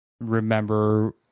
remember